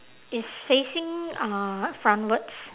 it's facing uh frontwards